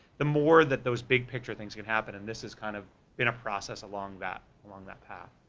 the more that those big picture things can happen, and this is kind of been a process along that, along that path.